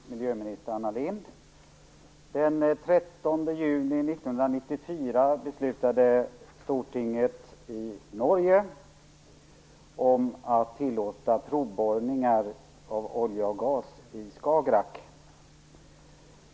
Herr talman! Jag har en fråga till miljöminister Den 13 juni 1994 beslutade Stortinget i Norge att tillåta provborrningar av olja och gas i Skagerrak.